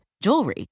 jewelry